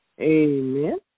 Amen